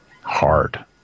hard